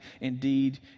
Indeed